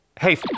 Hey